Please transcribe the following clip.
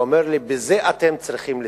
ואמר לי: בזה אתם צריכים לטפל,